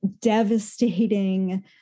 devastating